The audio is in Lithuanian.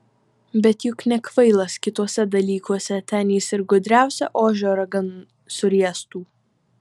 bet juk nekvailas kituose dalykuose ten jis ir gudriausią ožio ragan suriestų